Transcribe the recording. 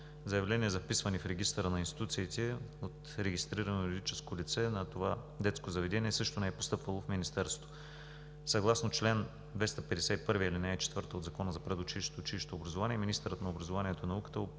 Заявление за вписване в регистъра на институциите от регистрирано юридическо лице на това детско заведение също не е постъпвало в Министерството. Съгласно чл. 251, ал. 4 от Закона за предучилищното и училищното образование министърът на образованието и науката